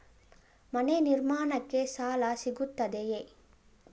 ಮನೆ ನಿರ್ಮಾಣಕ್ಕೆ ಸಾಲ ಸಿಗುತ್ತದೆಯೇ?